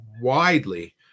widely